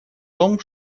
том